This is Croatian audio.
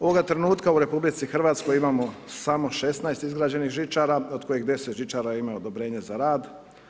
Ovoga trenutka u RH imamo samo 16 izgrađenih žičara od kojih 10 žičara imaju odobrenje za rad.